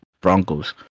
Broncos